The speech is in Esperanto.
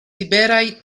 liberaj